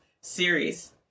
series